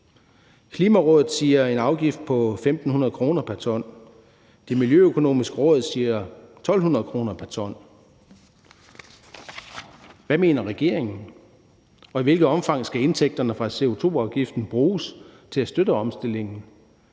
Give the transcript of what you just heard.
Klimarådet siger en afgift på 1.500 kr. pr. ton, Det Miljøøkonomiske Råd siger 1.200 kr. pr. ton. Hvad mener regeringen? Og i hvilket omfang skal indtægterne fra CO2-afgiften bruges til at støtte omstillingen?